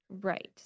Right